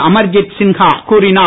அமர்தித் சின்ஹா கூறினார்